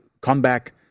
comeback